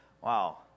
Wow